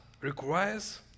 requires